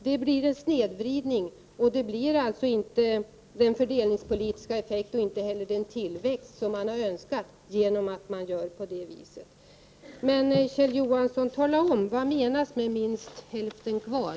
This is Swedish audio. Det leder till en snedvridning, och inte till den fördelningspolitiska effekt och den tillväxt som man har önskat.